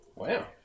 Wow